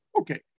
Okay